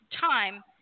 time